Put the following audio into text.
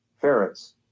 Ferrets